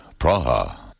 Praha